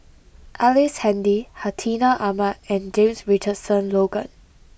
Ellice Handy Hartinah Ahmad and James Richardson Logan